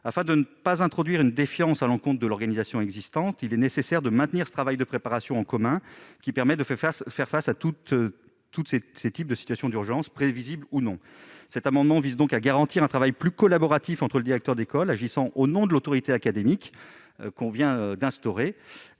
Afin de ne pas introduire une défiance à l'encontre de l'organisation existante, il est nécessaire de maintenir ce travail de préparation commun, qui permet de faire face à tous ces types de situations d'urgence, prévisibles ou non. Cet amendement vise ainsi à garantir un travail plus collaboratif entre le directeur d'école agissant au nom de l'autorité académique et les